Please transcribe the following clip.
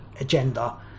agenda